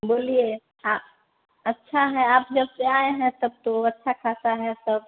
बोलिए हाँ अच्छा है आप जब से आएँ हैं तब तो अच्छा ख़ासा है सब